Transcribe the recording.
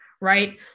right